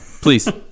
Please